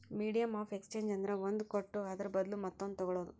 medium of exchange ಅಂದ್ರ ಒಂದ್ ಕೊಟ್ಟು ಅದುರ ಬದ್ಲು ಮತ್ತೊಂದು ತಗೋಳದ್